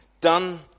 done